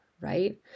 right